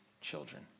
children